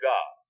God